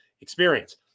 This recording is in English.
experience